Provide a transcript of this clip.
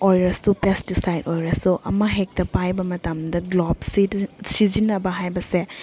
ꯑꯣꯏꯔꯁꯨ ꯄꯦꯁꯇꯤꯁꯥꯏꯠ ꯑꯣꯏꯔꯁꯨ ꯑꯃ ꯍꯦꯛꯇ ꯄꯥꯏꯕ ꯃꯇꯝꯗ ꯒ꯭ꯂꯣꯞ ꯁꯤꯖꯤꯟꯅꯕ ꯍꯥꯏꯕꯁꯦ